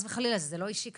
וחלילה זה לא אישי כלפייך.